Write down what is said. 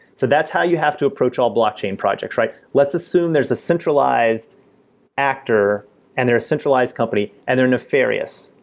so that's how you have to approach all blockchain projects, right? let's assume there's a centralized actor and they're a centralized company and they're nefarious.